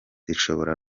zishobora